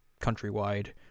countrywide